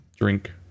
drink